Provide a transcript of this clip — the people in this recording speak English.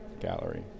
gallery